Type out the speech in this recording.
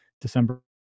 December